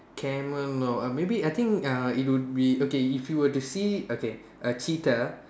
camel no uh maybe I think it uh it would be okay if you were to see okay a cheetah